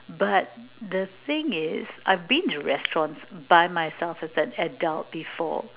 but the thing is I've been the restaurants by myself as an adult before